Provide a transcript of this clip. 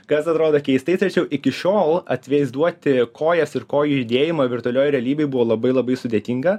kas atrodo keistai tačiau iki šiol atvaizduoti kojas ir kojų judėjimą virtualioj realybėj buvo labai labai sudėtinga